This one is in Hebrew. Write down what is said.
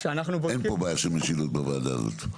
אין פה בעיה של משילות בוועדה הזאת.